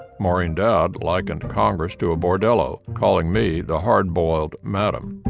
maureen dowd likened congress to a bordello, calling me the hardboiled madam.